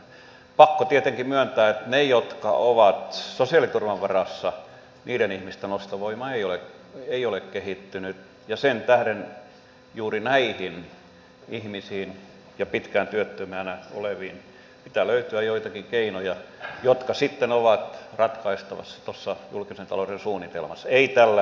pakko tietenkin myöntää että niiden ihmisten jotka ovat sosiaaliturvan varassa ostovoima ei ole kehittynyt ja sen tähden juuri näihin ihmisiin ja pitkään työttömänä oleviin pitää löytyä joitakin keinoja jotka sitten ovat ratkaistavissa tuossa julkisen talouden suunnitelmassa eivät tällä lisäbudjetilla valitettavasti